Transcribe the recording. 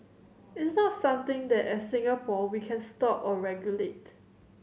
it's not something that as Singapore we can stop or regulate